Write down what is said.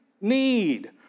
need